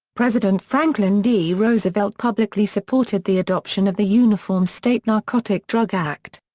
president franklin d. roosevelt publicly supported the adoption of the uniform state narcotic drug act.